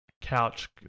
couch